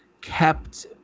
kept